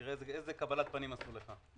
תראה איזו קבלת פנים עשו לך.